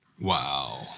Wow